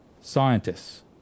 Scientists